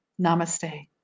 Namaste